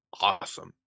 awesome